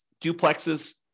duplexes